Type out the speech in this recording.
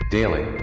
Daily